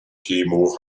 timo